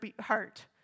heart